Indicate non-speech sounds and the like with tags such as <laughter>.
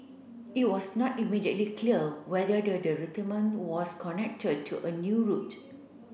it was not immediately clear whether the <unintelligible> was connected to a new route